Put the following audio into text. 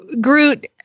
Groot